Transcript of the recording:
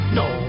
no